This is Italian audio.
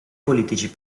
politici